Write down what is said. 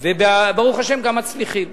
וברוך השם גם מצליחים.